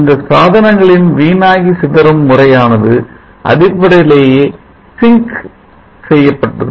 இந்த சாதனங்களின் வீணாகி சிதறும் முறையானது அடிப்படையிலேயே sink செய்யக்கூடியது